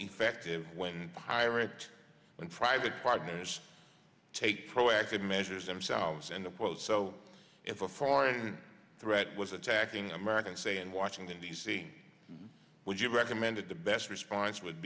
effective when hiring when private partners take proactive measures themselves in the post so if a foreign threat was attacking americans say in washington d c would you recommend it the best response would